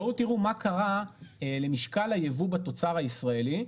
בואו תראו מה קרה למשקל היבוא בתוצר הישראלי,